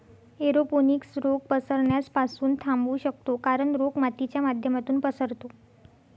aeroponics रोग पसरण्यास पासून थांबवू शकतो कारण, रोग मातीच्या माध्यमातून पसरतो